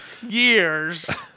years